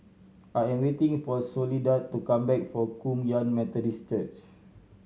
I am waiting for Soledad to come back from Kum Yan Methodist Church